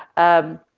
um,